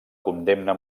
condemna